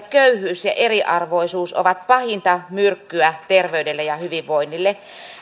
köyhyys ja eriarvoisuus ovat pahinta myrkkyä terveydelle ja hyvinvoinnille